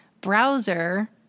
browser